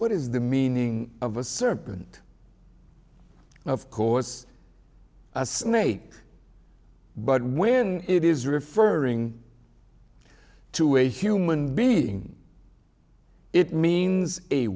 what is the meaning of a serpent of course a snake but when it is referring to a human being it means a